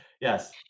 Yes